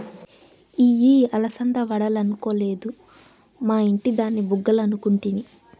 ఇయ్యి అలసంద వడలనుకొలేదు, మా ఇంటి దాని బుగ్గలనుకుంటిని